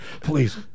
Please